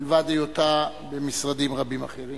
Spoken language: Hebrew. מלבד היותה במשרדים רבים אחרים.